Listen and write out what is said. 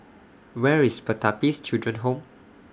Where IS Pertapis Children Home